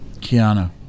Kiana